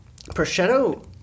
prosciutto